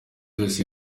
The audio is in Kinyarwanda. yose